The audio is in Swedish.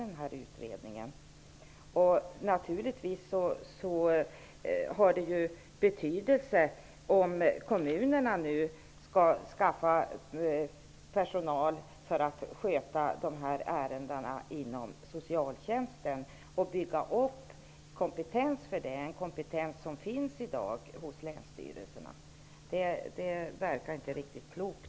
Det har givetvis betydelse om kommunerna nu skall anställa personal för att sköta dessa ärenden inom socialtjänsten och bygga upp en kompetens för detta, en kompetens som i dag finns hos länsstyrelserna. Det verkar inte riktigt klokt.